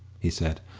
he said,